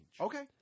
Okay